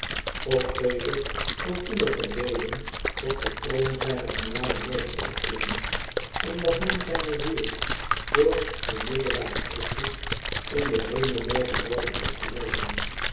god geve dat uwe gebeden tot den troon zijner genade mogen opklimmen en dat zijne ziel door den middelaar christus in den hemel moge worden opgenomen